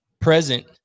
present